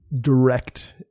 direct